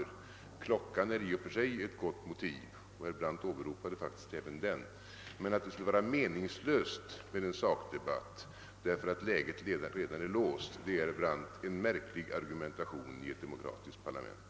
Att klockan är mycket är i och för sig ett gott motiv, och herr Brandt åberopade även det, men att det skulle vara meningslöst med en sakdebatt därför att läget redan är låst är en märklig argumentation i ett demokratiskt parlament.